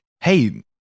Hey